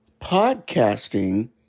Podcasting